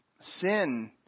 sin